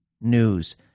news